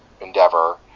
endeavor